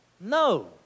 No